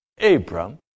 Abram